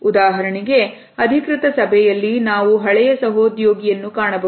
ಉದಾಹರಣೆಗೆ ಅಧಿಕೃತ ಸಭೆಯಲ್ಲಿ ನಾವು ಹಳೆಯ ಸಹೋದ್ಯೋಗಿಯನ್ನು ಕಾಣಬಹುದು